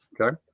okay